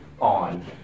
on